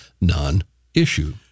non-issue